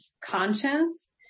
conscience